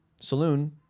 saloon